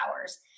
hours